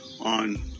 on